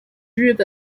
日本